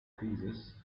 thesis